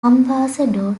ambassador